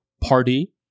party